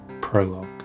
prologue